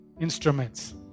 instruments